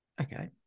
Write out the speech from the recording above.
Okay